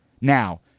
Now